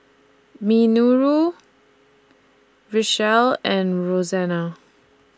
Minoru Richelle and Roxana